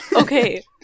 Okay